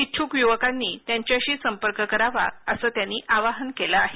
इच्छूक युवकांनी त्यांच्याशी संपर्क करावा असं त्यांनी आवाहन केलं आहे